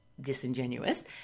disingenuous